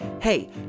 Hey